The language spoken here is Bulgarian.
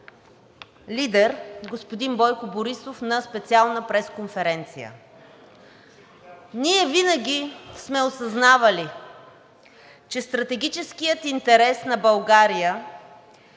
лидер господин Бойко Борисов на специална пресконференция. Ние винаги сме осъзнавали, че стратегическият интерес на България